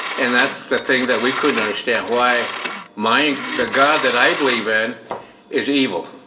and that's the thing that we couldn't understand why my the god that i believe in is evil.